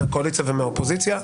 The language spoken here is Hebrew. מהקואליציה ומהאופוזיציה,